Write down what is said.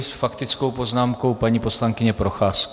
S faktickou poznámkou paní poslankyně Procházková.